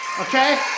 okay